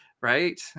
right